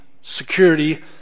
security